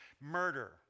murder